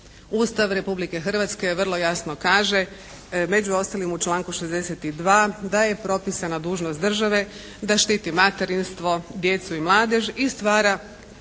Ustav Republike Hrvatske vrlo jasno kaže, među ostalim u članku 62. da je propisana dužnost države da štiti materinstvo, djecu i mladež i stvara